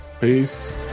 Peace